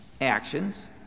actions